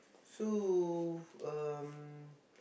so um